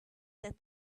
that